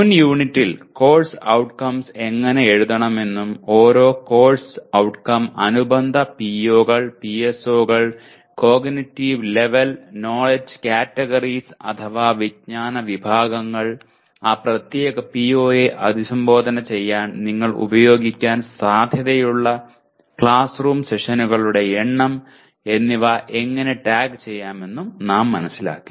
മുൻ യൂണിറ്റിൽ course outcomes എങ്ങനെ എഴുതണമെന്നും ഓരോ കോഴ്സ് ഔട്ട്കം അനുബന്ധ PO കൾ PSO കൾ കോഗ്നിറ്റീവ് ലെവൽ നോലെഡ്ജ് കാറ്റഗറീസ് അഥവാ വിജ്ഞാന വിഭാഗങ്ങൾ ആ പ്രത്യേക PO യെ അഭിസംബോധന ചെയ്യാൻ നിങ്ങൾ ഉപയോഗിക്കാൻ സാധ്യതയുള്ള ക്ലാസ്റൂം സെഷനുകളുടെ എണ്ണം എന്നിവ എങ്ങനെ ടാഗ് ചെയ്യാമെന്നും നാം മനസ്സിലാക്കി